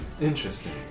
Interesting